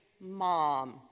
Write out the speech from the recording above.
Mom